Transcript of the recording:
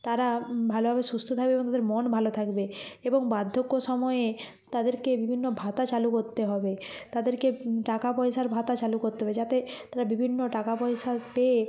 তারা ভালোভাবে সুস্থ থাকবে এবং তাদের মন ভালো থাকবে এবং বার্ধক্য সময়ে তাদেরকে বিভিন্ন ভাতা চালু করতে হবে তাদেরকে টাকা পয়সার ভাতা চালু করতে হবে যাতে তারা বিভিন্ন টাকা পয়সা পেয়ে